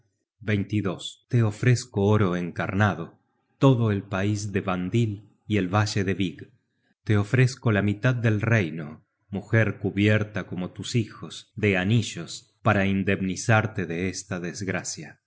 parientes te ofrezco oro encarnado todo el pais de vandil y el valle de vig te ofrezco la mitad del reino mujer cubierta como tus hijos de anillos para indemnizarte de esta desgracia